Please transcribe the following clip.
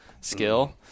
skill